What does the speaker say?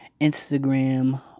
Instagram